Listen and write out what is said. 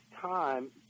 time